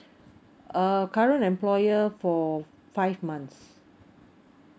err current employer for five months